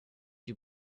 you